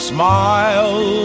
Smile